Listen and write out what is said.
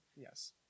Yes